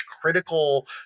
critical